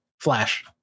flash